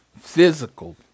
physical